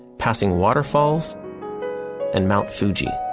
passing waterfalls and mount fuji.